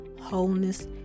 wholeness